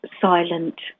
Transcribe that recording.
silent